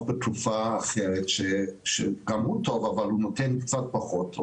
בתרופה אחרת שגם היא טובה אבל נותנת קצת פחות,